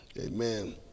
Amen